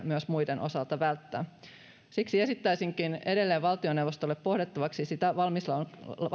myös muiden osalta välttää siksi esittäisinkin edelleen valtioneuvostolle pohdittavaksi valmiuslain